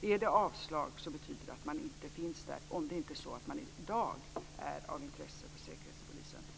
Blir det avslag betyder det att man inte finns där, om det inte är så att man i dag är av intresse för Säkerhetspolisen.